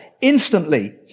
instantly